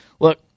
Look